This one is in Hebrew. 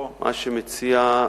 מה שמציע,